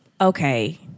Okay